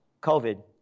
COVID